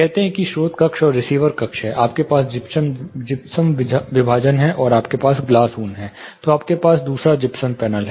कहते हैं कि स्रोत कक्ष है और एक रिसीवर कक्ष है आपके पास जिप्सम विभाजन है और आपके पास ग्लास ऊन है तो आपके पास एक दूसरा जिप्सम पैनल है